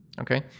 Okay